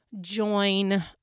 join